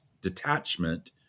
detachment